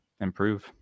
improve